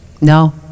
No